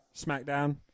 SmackDown